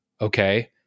okay